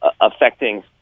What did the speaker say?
affecting